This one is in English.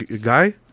guy